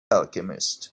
alchemist